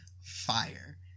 fire